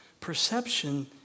perception